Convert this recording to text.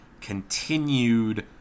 continued